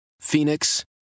Phoenix